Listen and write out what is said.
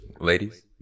ladies